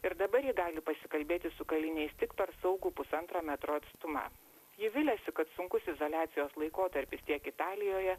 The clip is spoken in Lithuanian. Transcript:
ir dabar ji gali pasikalbėti su kaliniais tik per saugų pusantro metro atstumą ji viliasi kad sunkus izoliacijos laikotarpis tiek italijoje